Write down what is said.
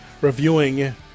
reviewing